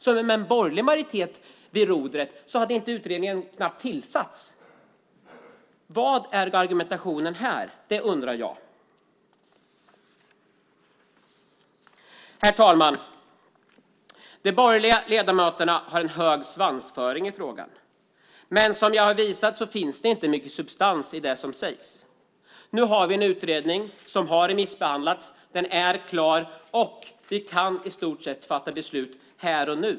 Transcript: Med en borgerlig majoritet vid rodret hade utredningen alltså knappt tillsatts. Vad är argumentationen här? Det undrar jag. Herr talman! De borgerliga ledamöterna har en hög svansföring i frågan, men som jag har visat finns det inte mycket substans i det som sägs. Nu har vi en utredning som har remissbehandlats. Den är klar, och vi kan i stort sett fatta beslut här och nu.